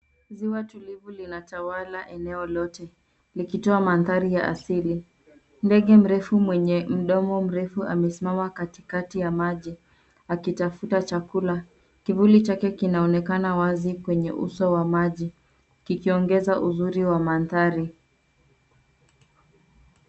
Ziwa tulivu linatawala eneo lote likitoa mandhari ya asili. Ndege mrefu mwenye mdomo mrefu amesimama katikati ya maji akitafuta chakula. Kivuli chake kunaonekana wazi kwenye uso wa maji kikiongeza uzuri wa mandhari.